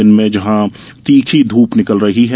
दिन में जहां तीखी ध्रप निकल रही है